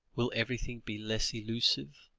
will everything be less elusive,